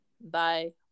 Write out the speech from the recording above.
Bye